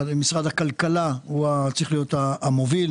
ומשרד הכלכלה צריך להיות המוביל,